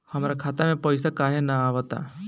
हमरा खाता में पइसा काहे ना आव ता?